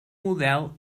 model